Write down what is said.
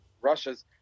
Russia's